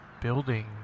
building